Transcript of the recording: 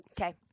Okay